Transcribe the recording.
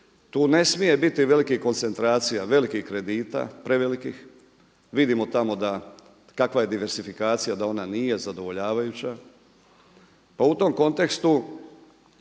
Tu ne smije biti velikih koncentracija, velikih kredita, prevelikih. Vidimo tamo kakva je diversifikacija, da ona nije zadovoljavajuća. Pa u tom kontekstu